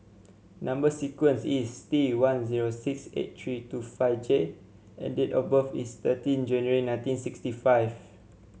number sequence is T one zero six eight three two five J and date of birth is thirty January nineteen sixty five